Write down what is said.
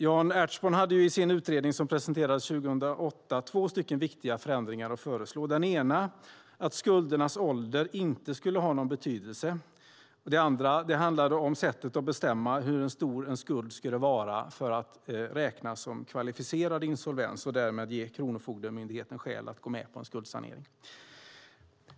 Jan Ertsborn föreslog i sin utredning som presenterades 2008 två viktiga förändringar. Den ena var att skuldernas ålder inte skulle ha någon betydelse. Den andra handlade om sättet att bestämma hur stor en skuld ska vara för att räknas som kvalificerad insolvens och därmed ge Kronofogdemyndigheten skäl till att gå med på skuldsanering.